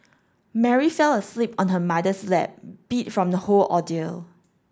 Mary fell asleep on her mother's lap beat from the whole ordeal